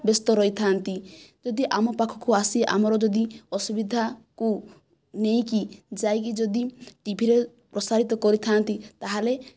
ବ୍ୟସ୍ତ ରହିଥାନ୍ତି ଯଦି ଆମ ପାଖକୁ ଆସି ଆମର ଯଦି ଅସୁବିଧାକୁ ନେଇକି ଯାଇକି ଯଦି ଟିଭିରେ ପ୍ରସାରିତ କରିଥାନ୍ତି ତା'ହେଲେ